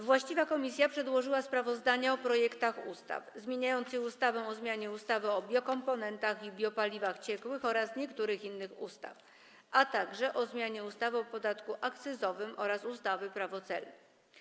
Właściwa komisja przedłożyła sprawozdanie o projektach ustaw: zmieniającej ustawę o zmianie ustawy o biokomponentach i biopaliwach ciekłych oraz niektórych innych ustaw, a także o zmianie ustawy o podatku akcyzowym oraz ustawy Prawo celne.